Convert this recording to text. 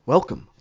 Welcome